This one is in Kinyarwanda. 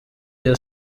iya